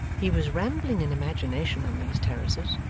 he was rambling in imagination on these terraces,